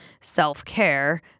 self-care